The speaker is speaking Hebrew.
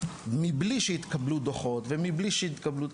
מבלי שהתקבלו דו"חות ומבלי שהתקבלו,